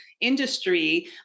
industry